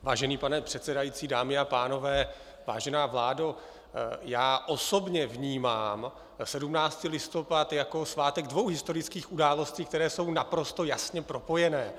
Vážený pane předsedající, dámy a pánové, vážená vládo, já osobně vnímám 17. listopad jako svátek dvou historických událostí, které jsou naprosto jasně propojené.